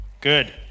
Good